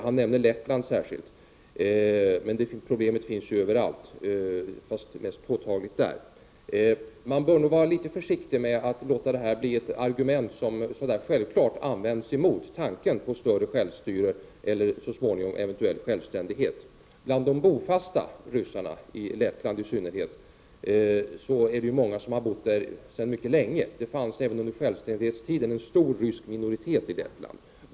Han nämnde Lettland särskilt, men problemet finns ju överallt fast mest påtagligt där. Man bör nog vara litet försiktig med att låta detta bli ett argument som så där självklart används mot tanken på större självstyre eller så småningom eventuellt självständighet. Bland de bofasta ryssarna, i Lettland i synnerhet, finns många som har bott där sedan mycket länge. Det fanns även under självständighetstiden en stor rysk minoritet i Lettland.